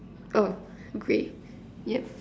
oh grey yup